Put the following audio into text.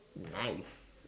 nice